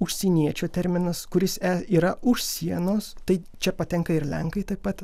užsieniečio terminas kuris yra už sienos tai čia patenka ir lenkai taip pat